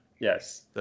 Yes